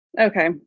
Okay